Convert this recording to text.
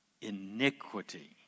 iniquity